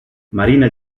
marina